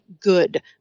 good